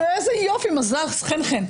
חן-חן.